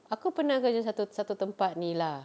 aku pernah kerja satu satu tempat ini lah